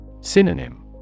Synonym